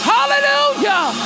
Hallelujah